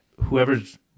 whoever's